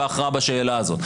בהכרעה בשאלה הזאת.